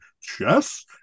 chess